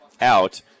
out –